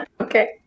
Okay